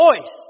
voice